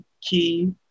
key